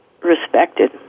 respected